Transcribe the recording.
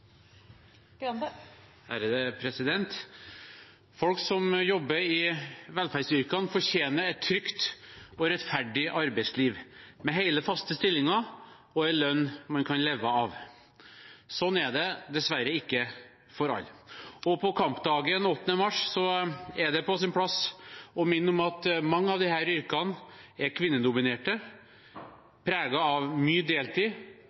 Folk som jobber i velferdsyrkene, fortjener et trygt og rettferdig arbeidsliv, med hele, faste stillinger og en lønn man kan leve av. Sånn er det dessverre ikke for alle. På kampdagen 8. mars er det på sin plass å minne om at mange av disse yrkene er kvinnedominerte, preget av mye deltid